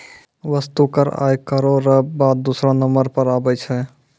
वस्तु कर आय करौ र बाद दूसरौ नंबर पर आबै छै